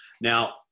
Now